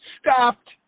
stopped